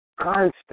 Constant